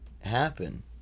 happen